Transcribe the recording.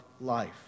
life